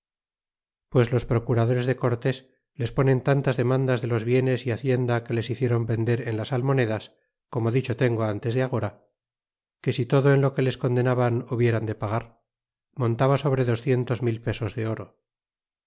pues los procuradores de cortés les ponen tantas demandas de los bienes é hacienda que les hiciéron vender en las almonedas como dicho tengo ántes de agora que si todo en lo que les condenaban hubieran de pagar montaba sobre docientos mil pesos de oro